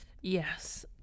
yes